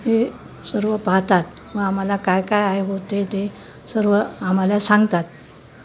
हे सर्व पाहतात व आम्हाला काय काय आहे होते ते सर्व आम्हाला सांगतात